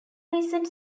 recent